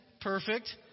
Perfect